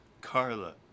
Carla